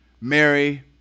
Mary